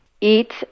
Eat